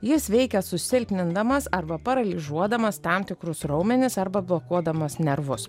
jis veikia susilpnindamas arba paralyžiuodamas tam tikrus raumenis arba blokuodamas nervus